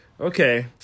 Okay